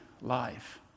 life